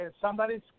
somebody's